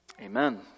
Amen